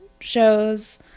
shows